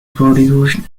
produced